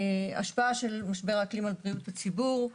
השפעה של משבר האקלים על בריאות הציבור,